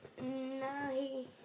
No